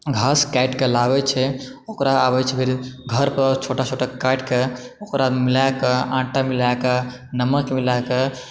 घास काटिके लाबैत छै ओकरा आबैत छै फेर घर पर छोटा छोटा काटिके ओकरा मिलाइके आटा मिलाइके नमक मिलाइके